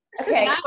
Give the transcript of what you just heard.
Okay